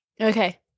Okay